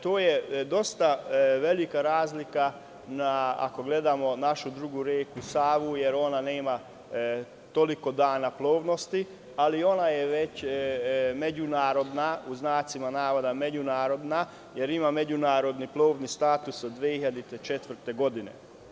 To je dosta velika razlika ako gledamo našu drugu reku Savu, jer ona nema toliko dana plovnosti, ali ona je već međunarodna, pod znacima navoda međunarodna, jer ima međunarodni plovni status od 2004. godine.